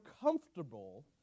comfortable